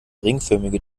ringförmige